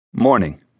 Morning